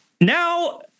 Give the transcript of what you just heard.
now